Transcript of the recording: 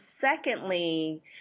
secondly